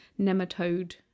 nematode